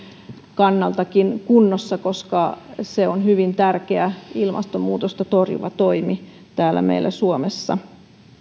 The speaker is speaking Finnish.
kannalta kunnossa koska se on hyvin tärkeä ilmastonmuutosta torjuva toimi täällä meillä suomessa